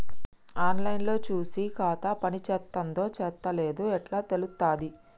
On line లో చూసి ఖాతా పనిచేత్తందో చేత్తలేదో ఎట్లా తెలుత్తది?